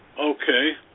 Okay